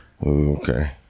Okay